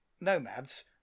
nomads